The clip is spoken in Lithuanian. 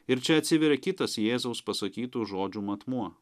ir čia atsiveria kitas jėzaus pasakytų žodžių matmuo